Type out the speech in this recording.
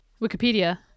Wikipedia